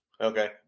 Okay